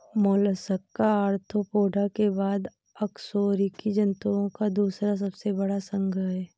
Mollusca arthropoda के बाद अकशेरुकी जंतुओं का दूसरा सबसे बड़ा संघ है